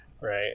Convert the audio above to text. right